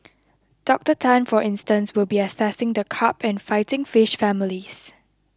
Doctor Tan for instance will be assessing the carp and fighting fish families